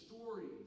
stories